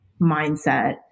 mindset